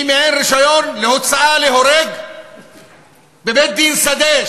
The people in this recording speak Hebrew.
היא מעין רישיון להוצאה להורג בבית-דין שדה,